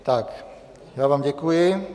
Tak já vám děkuji.